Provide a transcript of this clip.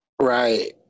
Right